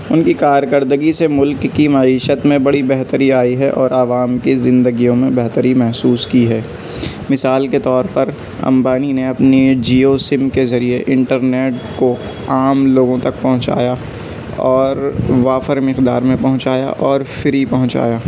ان کی کارکردگی سے ملک کی معیشت میں بڑی بہتری آئی ہے اور عوام کی زندگیوں میں بہتری محسوس کی ہے مثال کے طور پر امبانی نے اپنی جیو سم کے ذریعے انٹرنیٹ کو عام لوگوں تک پہنچایا اور وافر مقدار میں پہنچایا اور فری پہنچایا